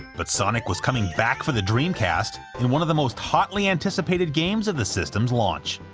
but sonic was coming back for the dreamcast, in one of the most hotly-anticipated games of the system's launch.